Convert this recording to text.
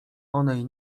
onej